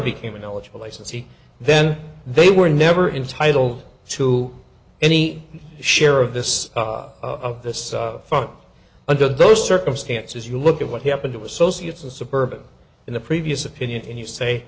became an eligible licensee then they were never entitle to any share of this of this fund under those circumstances you look at what happened to associate the suburban in the previous opinion and you say